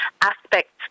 aspects